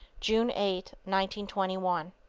june eight, one twenty one.